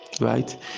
right